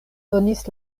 donis